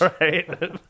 right